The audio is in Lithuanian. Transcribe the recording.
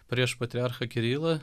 prieš patriarchą kirilą